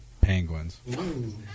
penguins